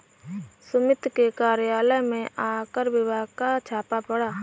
सुमित के कार्यालय में आयकर विभाग का छापा पड़ा